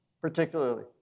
particularly